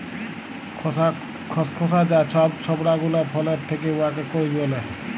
খসখসা যা ছব ছবড়া গুলা ফলের থ্যাকে উয়াকে কইর ব্যলে